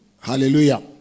Hallelujah